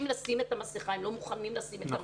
לשים את המסיכה והם לא מוכנים לשים אותה.